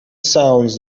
sounds